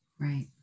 right